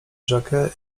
rzekę